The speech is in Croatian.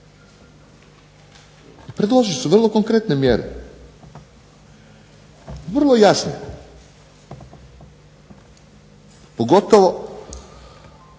Predložili su vrlo konkretne mjere, vrlo jasne, pogotovo